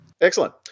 Excellent